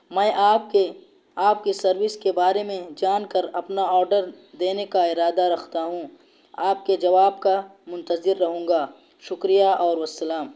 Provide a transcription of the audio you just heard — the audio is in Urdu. میں آپ کے آپ کے سروس کے بارے میں جان کر اپنا آرڈر دینے کا ارادہ رکھتا ہوں آپ کے جواب کا منتظر رہوں گا شکریہ اور والسلام